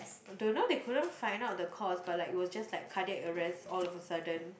don't know they couldn't find out the cause but like it was just like cardiac arrest all of the sudden